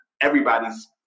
everybody's